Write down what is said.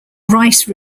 rice